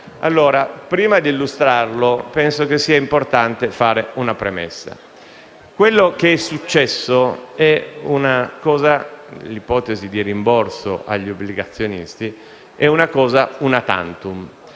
banche. Prima di illustrarlo penso che sia importante fare una premessa. Quello che è successo, cioè l'ipotesi di rimborso agli obbligazionisti, è una cosa *una tantum*